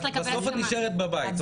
בסוף את נשארת בבית.